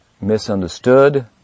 misunderstood